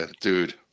dude